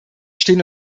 stehen